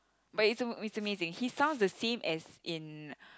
but is uh it's amazing he sounds the same as in